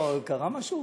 לא, קרה משהו?